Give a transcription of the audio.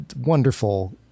Wonderful